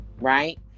right